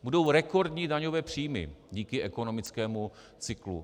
Budou rekordní daňové příjmy díky ekonomickému cyklu.